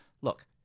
look